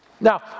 Now